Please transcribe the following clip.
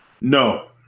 No